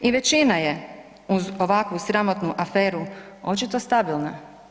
I većina je uz ovakvu sramotnu aferu očito stabilna.